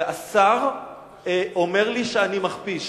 והשר אומר לי שאני מכפיש.